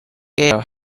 gail